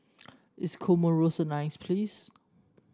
is Comoros a nice place